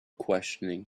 questioning